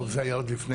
טוב, זה היה עוד לפני